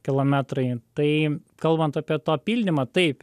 kilometrai tai kalbant apie tą pildymą taip